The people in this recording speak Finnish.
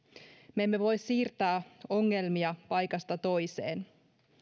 me emme voi siirtää ongelmia paikasta toiseen